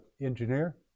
engineer